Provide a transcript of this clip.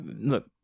look